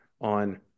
on